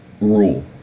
rule